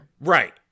Right